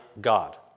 God